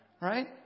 Right